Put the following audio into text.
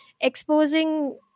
exposing